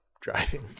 driving